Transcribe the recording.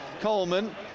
Coleman